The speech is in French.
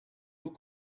haut